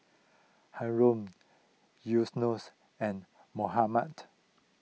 Haron Yunos and Muhammad